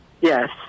Yes